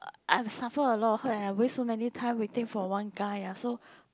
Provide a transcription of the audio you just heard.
I I've suffer a lot of hurt and I waste so many time waiting for one guy ah so